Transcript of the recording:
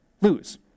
lose